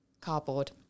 Cardboard